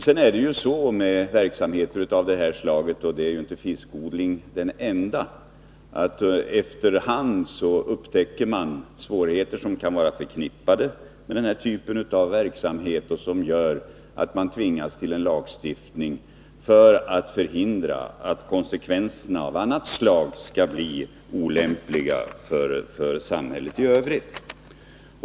I fråga om verksamheter av det här slaget — fiskodlingen är ju inte den enda —- upptäcker man ofta i efterhand svårigheter som kan vara förknippade med verksamheten och som gör att man tvingats till lagstiftning för att förhindra olämpliga konsekvenser av annat slag för samhället i övrigt.